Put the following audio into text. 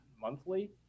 monthly